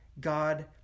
God